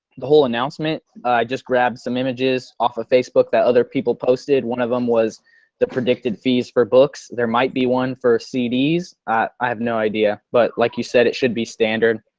the whole announcement. i just grabbed some images off of facebook that other people posted. one of them was the predicted fees for books. there might be one for cds, i have no idea but like you said it should be standard.